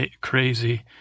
crazy